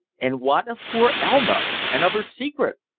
and what of poor elma and of her secret?